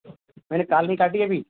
میں نے کال نہیں کاٹی ہے ابھی